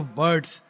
birds